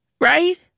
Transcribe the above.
right